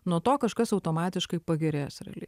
nuo to kažkas automatiškai pagerės realiai